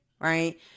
right